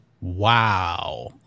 Wow